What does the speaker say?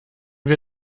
wir